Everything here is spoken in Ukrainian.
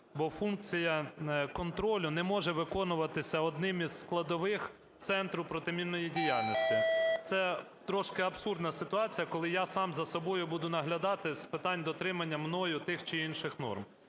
бо функція контролю не може виконуватися одним із складових центру протимінної діяльності. Це трошки абсурдна ситуація, коли я сам за собою буду наглядати з питань дотримання мною тих чи інших норм.